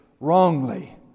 wrongly